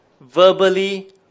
verbally